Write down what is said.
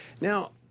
Now